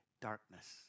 darkness